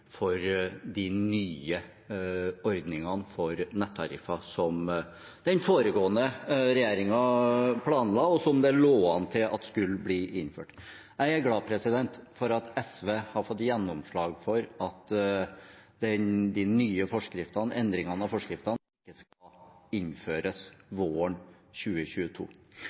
for de nye ordningene for nettariffer som den foregående regjeringen planla, og som det lå an til at skulle bli innført. Jeg er glad for at SV har fått gjennomslag for at de nye endringene og forskriften ikke skal innføres våren 2022.